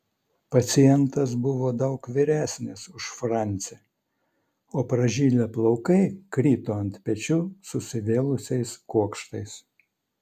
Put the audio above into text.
pacientas buvo daug vyresnis už francį o pražilę plaukai krito ant pečių susivėlusiais kuokštais